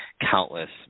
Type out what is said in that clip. countless